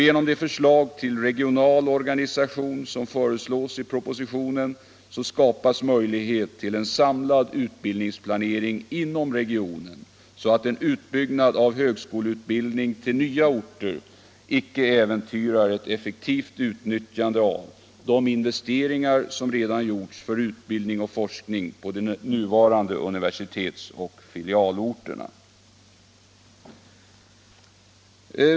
Genom det förslag till regional organisation som finns i propositionen skapas möjligheter för en samlad utbildningsplanering inom regionen, så att en utbyggnad av högskoleutbildningen till nya orter icke äventyrar ett effektivt utnyttjande av de investeringar som redan gjorts för utbildning och forskning på de nuvarande universitetsoch filialorterna.